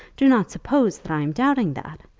do not suppose that i am doubting that.